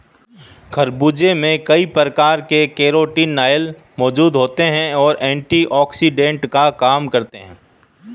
खरबूज में कई प्रकार के कैरोटीनॉयड मौजूद होते और एंटीऑक्सिडेंट का काम करते हैं